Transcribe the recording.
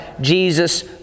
Jesus